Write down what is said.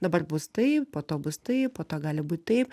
dabar bus taip po to bus taip po to gali būt taip